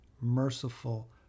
merciful